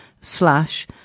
slash